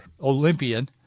Olympian